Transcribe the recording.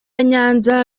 nyanza